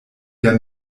der